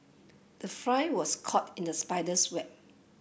the fly was caught in the spider's web